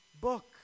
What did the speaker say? book